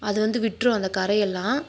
அது வந்து விட்டுரும் அந்த கறை எல்லாம்